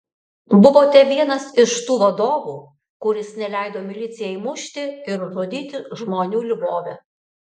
buvote vienas iš tų vadovų kuris neleido milicijai mušti ir žudyti žmonių lvove